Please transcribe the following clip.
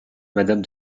madame